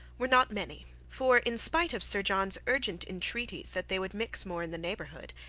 were not many for, in spite of sir john's urgent entreaties that they would mix more in the neighbourhood,